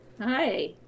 hi